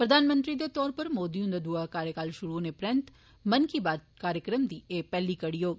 प्रधानमंत्री दे तौर उप्पर मोदी हुंदा दूआ कार्यकाल षुरू होने परैंत मन की बात कार्यक्रम दी एह् पैह्ली कड़ी होग